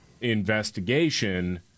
investigation